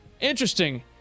Interesting